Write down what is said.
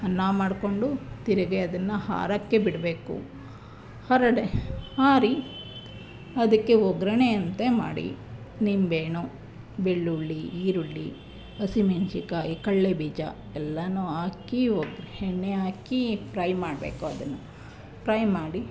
ಅನ್ನ ಮಾಡಿಕೊಂಡು ತಿರುಗ ಅದನ್ನು ಆರಕ್ಕೆ ಬಿಡಬೇಕು ಹರಡೆ ಆರಿ ಅದಕ್ಕೆ ಒಗ್ಗರಣೆ ಅಂತೆ ಮಾಡಿ ನಿಂಬೆಣ್ಣು ಬೆಳ್ಳುಳ್ಳಿ ಈರುಳ್ಳಿ ಹಸಿಮೆಣಸಿಕಾಯಿ ಕಡ್ಲೆಬೀಜ ಎಲ್ಲನೂ ಹಾಕಿ ಒಗ್ಗರ್ಣೆ ಹಾಕಿ ಪ್ರೈ ಮಾಡಬೇಕು ಅದನ್ನು ಪ್ರೈ ಮಾಡಿ